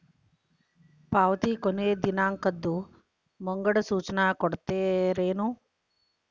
ಪಾವತಿ ಕೊನೆ ದಿನಾಂಕದ್ದು ಮುಂಗಡ ಸೂಚನಾ ಕೊಡ್ತೇರೇನು?